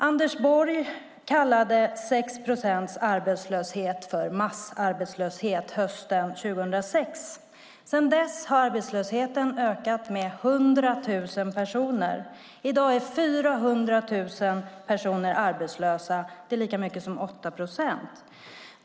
Anders Borg kallade 6 procents arbetslöshet för massarbetslöshet hösten 2006. Sedan dess har arbetslösheten ökat med 100 000 personer. I dag är 400 000 personer arbetslösa. Det är 8 procent.